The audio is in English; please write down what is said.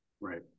right